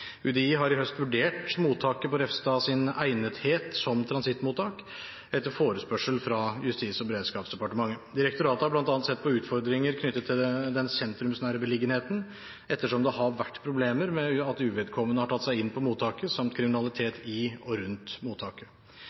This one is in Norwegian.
UDI har i høst vurdert mottaket på Refstads egnethet som transittmottak, etter forespørsel fra Justis- og beredskapsdepartementet. Direktoratet har bl.a. sett på utfordringer knyttet til den sentrumsnære beliggenheten, ettersom det har vært problemer med at uvedkommende har tatt seg inn på mottaket, samt kriminalitet i og rundt mottaket.